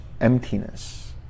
emptiness